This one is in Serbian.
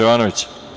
Jovanović.